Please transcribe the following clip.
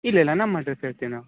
ಇಲ್ಲ ಇಲ್ಲ ನಮ್ಮ ಅಡ್ರಸ್ ಹೇಳ್ತೇವೆ ನಾವು